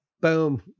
boom